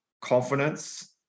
confidence